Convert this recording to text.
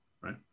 Right